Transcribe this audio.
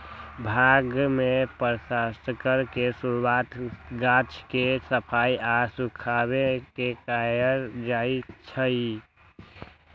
भांग के प्रसंस्करण के शुरुआत गाछ के सफाई आऽ सुखाबे से कयल जाइ छइ